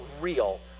real